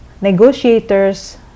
negotiators